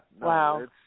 Wow